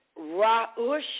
Raush